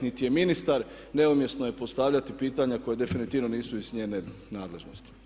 Niti je ministar, neumjesno je postavljati pitanja koja definitivni nisu iz njene nadležnosti.